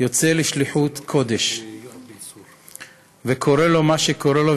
יוצא לשליחות קודש וקורה לו מה שקורה לו,